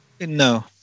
No